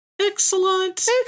Excellent